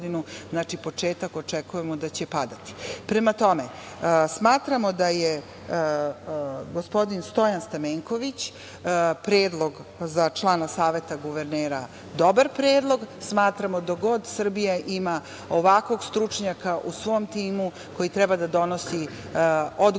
znači, početak, očekujemo da će padati. Prema tome, smatramo da je gospodin Stojan Stamenković, predlog za člana Saveta guvernera, dobar predlog, smatramo, dokle god Srbija ima ovakvog stručnjaka u svom timu, koji treba da donosi odgovorne